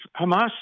Hamas